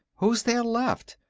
who's there left?